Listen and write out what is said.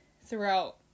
throughout